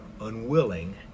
unwilling